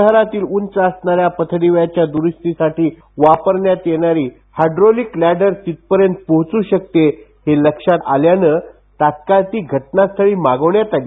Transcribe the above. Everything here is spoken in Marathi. शहरातील उंच असणाऱ्या पथदिव्यांच्या द्रुस्तीसाठी वापरण्यात येणारी हायड्रोलिकलॅडर तिथपर्यंत पोहोच्र शकते हे लक्षात आल्यानं तात्काळ ती घटनास्थळावर मागवण्यात आली